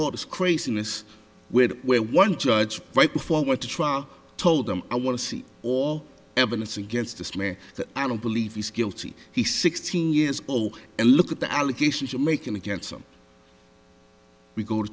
office craziness with where one judge right before i went to trial told them i want to see all evidence against this man that i don't believe he's guilty he's sixteen years old and look at the allegations you're making against them we go to